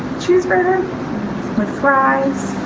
cheeseburger with fries,